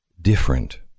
Different